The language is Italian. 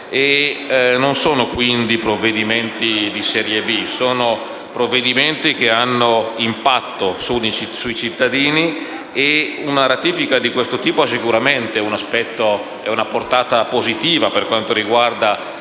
Non si tratta di provvedimenti di serie B, ma di provvedimenti che hanno un impatto sui cittadini. Una ratifica di questo tipo ha sicuramente una portata positiva per quanto riguarda